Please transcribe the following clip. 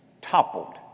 toppled